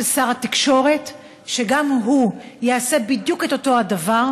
שר התקשורת שגם הוא יעשה בדיוק את אותו הדבר,